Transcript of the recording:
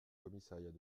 commissariat